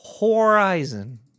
horizon